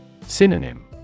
Synonym